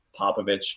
Popovich